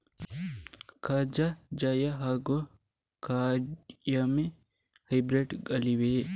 ಕಜೆ ಜಯ ಹಾಗೂ ಕಾಯಮೆ ಹೈಬ್ರಿಡ್ ಗಳಿವೆಯೇ?